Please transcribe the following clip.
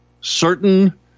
certain